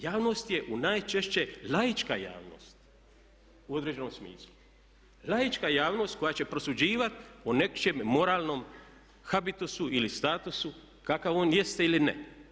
Javnost je u najčešće laička javnost u određenom smislu, laička javnost koja će prosuđivati o nečem moralnom habitusu ili statusu kakav on jeste ili ne.